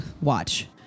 watch